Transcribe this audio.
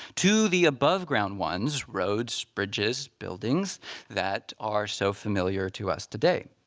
to the above ground ones roads bridges, buildings that are so familiar to us today.